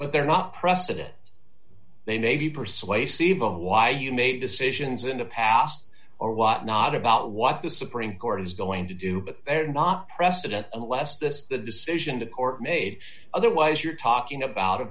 but they're not precedent they may be persuasive of why you made decisions in the past or what not about what the supreme court is going to do but they're not precedent less this decision the court made otherwise you're talking about